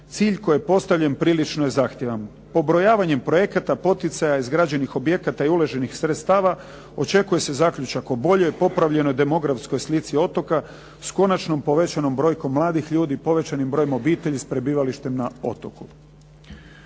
cilj koji je postavljen prilično je zahtjevan. Pobrojavanjem projekata poticaja izgrađenih objekata i uloženih sredstava očekuje se zaključak o boljoj popravljenoj demografskoj slici otoka s konačnom povećanom brojkom mladih ljudi, povećanim brojem obitelji s prebivalištem na otoku.